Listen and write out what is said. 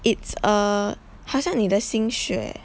it's a 好像你的心血